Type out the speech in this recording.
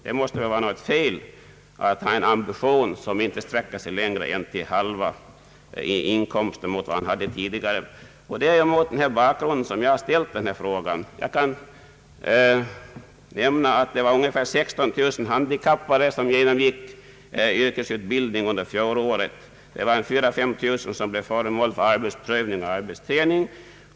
Det måste väl vara fel att ha en ambition, som inte sträcker sig längre än till hälften av vad den handikappade tidigare tjänade. Det är mot denna bakgrund som jag har ställt min fråga. Jag kan nämna att under fjolåret över 16 000 handikappade genomgick yrkesutbildning, och mellan 4 000 och 5 000 blev föremål för arbetsprövning eller arbetsträning.